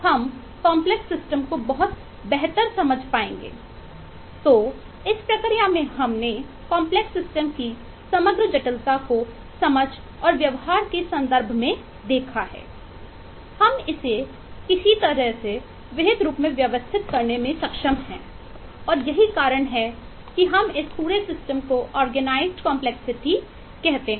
हम इसे किसी भी तरह से विहित रूप में व्यवस्थित करने में सक्षम हैं और यही कारण है कि हम इस पूरे सिस्टम को ऑर्गेनाइजड कंपलेक्सिटी कहते हैं